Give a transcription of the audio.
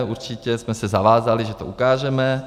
Určitě jsme se zavázali, že to ukážeme.